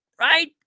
Right